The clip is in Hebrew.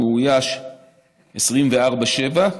המאויש 24/7,